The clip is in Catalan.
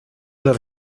les